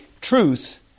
truth